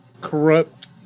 corrupt